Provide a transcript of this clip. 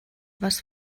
was